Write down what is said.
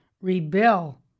rebel